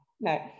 no